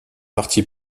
parti